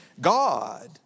God